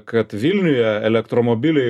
kad vilniuje elektromobiliai